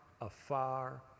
afar